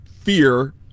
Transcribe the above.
fear